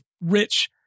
rich